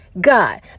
God